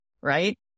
right